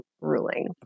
ruling